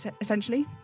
essentially